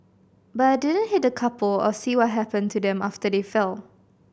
but I didn't hit the couple or see what happened to them after they fell